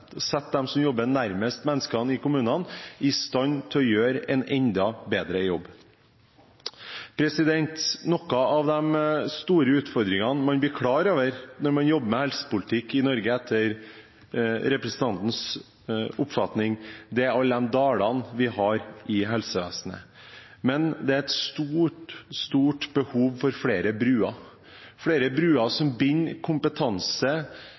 sette dem som jobber nærmest våre innbyggere – de som jobber nærmest menneskene i kommunene – i stand til å gjøre en enda bedre jobb. Noen av de store utfordringene man blir klar over når man jobber med helsepolitikk i Norge, er etter representantens oppfatning alle de dalene vi har i helsevesenet. Det er et stort, stort behov for flere bruer – flere bruer som binder kompetanse,